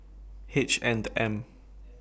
H and M